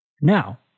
Now